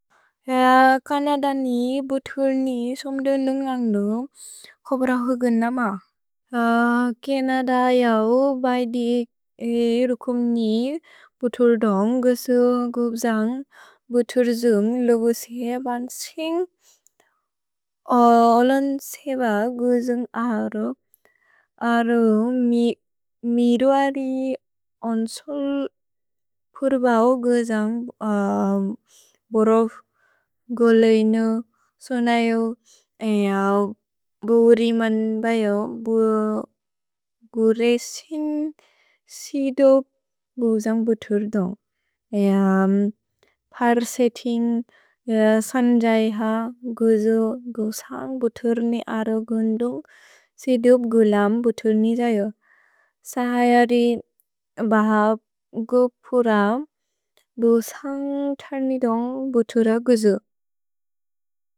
कनद नि बुथुल् नि सोम्दुन् न्गन्ग्दु कोब्र हुगुन् नम। कनद इऔ बैदि ए रुकुम् नि बुथुल्दोन्ग् गुसुगुप् जन्ग् बुथुल्जुन्ग् लुबुशे बन्शिन्ग्। ओलोन्सेब गुसुग् अरो, अरो मिरुअरि ओन्सुल् फुर्बओ गुसुग् बोरोफ् गोलेइनु सोनयु। इऔ बुरिमन् बयो, बु गुरे सिन् सिदुप् गुजन्ग् बुथुल्दोन्ग्। इअ पर् सेतिन् सन्जय्ह गुजु गुसन्ग् बुथुल् नि अरो गुन्दु सिदुप् गुलम् बुथुल् नि जयो। सहयरि बहप् गु पुरम् गुसन्ग् तर्निदोन्ग् बुथुल गुजु।